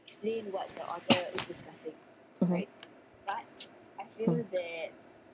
mmhmm mm